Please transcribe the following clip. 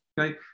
Okay